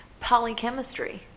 polychemistry